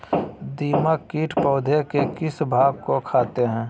दीमक किट पौधे के किस भाग को खाते हैं?